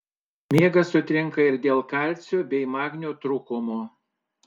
miegas sutrinka ir dėl kalcio bei magnio trūkumo